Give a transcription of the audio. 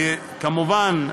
וכמובן,